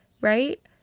right